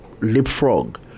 leapfrog